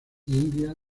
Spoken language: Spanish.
india